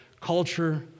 culture